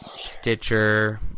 Stitcher